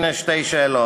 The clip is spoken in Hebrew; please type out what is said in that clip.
הנה שתי שאלות.